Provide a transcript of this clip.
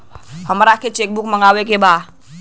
हमारा के cheque book मगावे के बा?